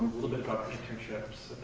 little bit about the internships